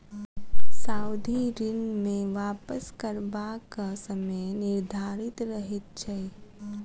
सावधि ऋण मे वापस करबाक समय निर्धारित रहैत छै